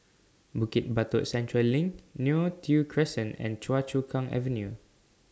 Bukit Batok Central LINK Neo Tiew Crescent and Choa Chu Kang Avenue